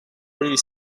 really